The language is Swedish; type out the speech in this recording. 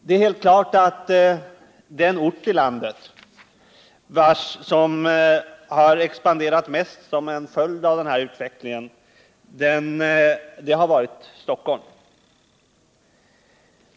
Det är alltså helt klart att den ort i landet som har expanderat mest som en följd av den här utvecklingen har varit Stockholm.